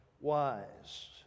wise